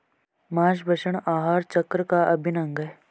माँसभक्षण आहार चक्र का अभिन्न अंग है